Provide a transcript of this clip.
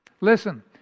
Listen